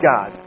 God